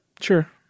Sure